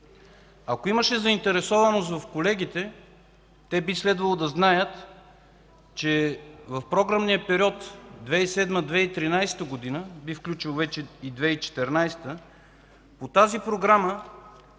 Ако имаше заинтересованост в колегите, те би следвало да знаят, че в програмния период 2007 –2013 г., би включило вече и 2014 г., по тази програма